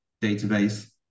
database